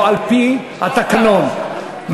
לא על-פי התקנון.